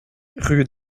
rue